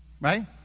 Right